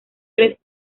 tres